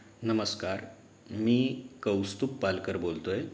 नमस्कार मी कौस्तुप पालकर बोलतो आहे